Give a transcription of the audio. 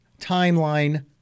timeline